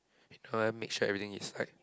you know I make sure everything is like